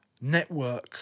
network